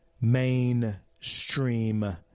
mainstream